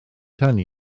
hynny